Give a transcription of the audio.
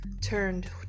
turned